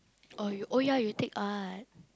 oh you oh ya you take art